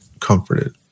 comforted